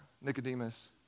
Nicodemus